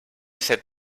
set